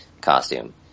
costume